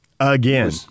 Again